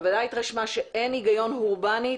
הוועדה התרשמה שאין היגיון אורבאני,